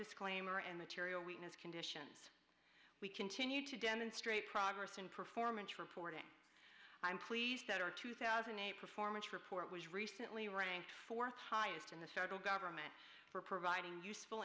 disclaimer and material witness conditions we continued to demonstrate progress in performance reporting i'm pleased that our two thousand a performance report was recently ranked fourth highest in the federal government for providing useful